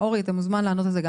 אורי, אתה גם מוזמן לענות על זה.